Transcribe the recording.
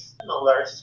similar